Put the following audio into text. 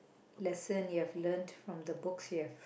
lesson you have learnt from the books you have